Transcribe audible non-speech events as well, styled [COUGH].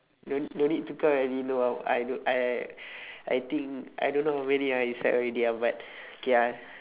no no need to count I already know ah I I [BREATH] I think I don't know how many ah inside already ah but K ah